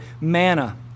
manna